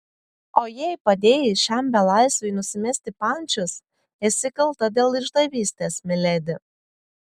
o jei padėjai šiam belaisviui nusimesti pančius esi kalta dėl išdavystės miledi